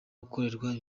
akorerwa